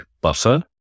buffer